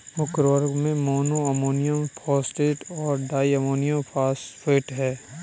मुख्य उर्वरक में मोनो अमोनियम फॉस्फेट और डाई अमोनियम फॉस्फेट हैं